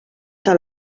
que